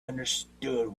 understood